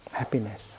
happiness